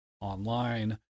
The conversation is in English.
online